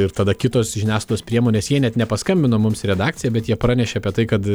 ir tada kitos žiniasklaidos priemonės jie net nepaskambino mums į redakciją bet jie pranešė apie tai kad